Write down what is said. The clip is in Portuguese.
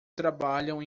trabalham